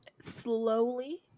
slowly